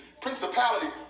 principalities